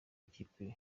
ikipe